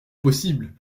possible